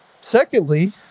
Secondly